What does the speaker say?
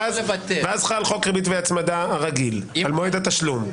ואז חל חוק ריבית והצמדה רגיל החל ממועד התשלום.